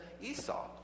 Esau